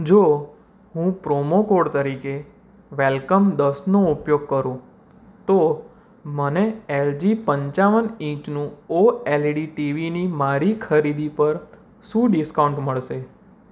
જો હું promo code તરીકે વેલકમ દસનો ઉપયોગ કરું તો મને એલજી પંચાવન ઇંચનું ઓએલઈડી ટીવીની મારી ખરીદી પર શું ડિસ્કાઉન્ટ મળશે